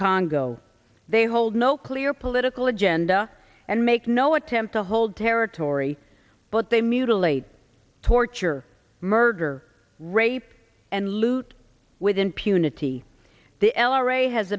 congo they hold no clear political agenda and make no attempt to hold territory but they mutilate torture murder rape and loot with impunity the l r a has